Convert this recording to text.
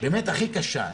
באמת, הכי קשה.